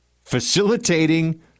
facilitating